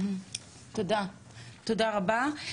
תודה רבה.